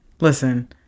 Listen